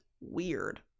weird